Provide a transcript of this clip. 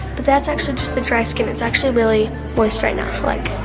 but that's actually just the dry skin. it's actually really moist right now. like,